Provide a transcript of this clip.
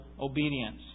obedience